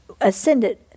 ascended